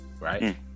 right